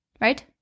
right